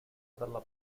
dalla